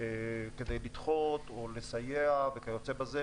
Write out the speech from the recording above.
כדי לדחות או לסייע וכיוצא בזה.